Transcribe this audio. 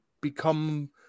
become